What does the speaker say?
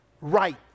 right